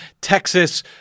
Texas